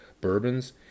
bourbons